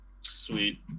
sweet